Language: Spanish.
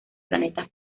planetas